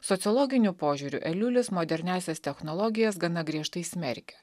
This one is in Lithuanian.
sociologiniu požiūriu eliulis moderniąsias technologijas gana griežtai smerkia